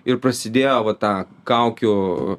ir prasidėjo va ta kaukių